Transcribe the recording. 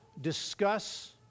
discuss